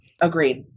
Agreed